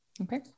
Okay